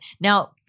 now